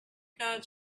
gods